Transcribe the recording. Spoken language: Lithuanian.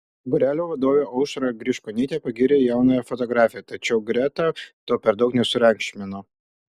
būrelio vadovė aušra griškonytė pagyrė jaunąją fotografę tačiau greta to per daug nesureikšmino